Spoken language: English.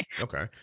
Okay